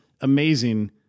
amazing